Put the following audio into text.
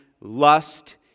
lust